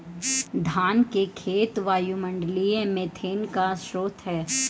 धान के खेत वायुमंडलीय मीथेन का स्रोत हैं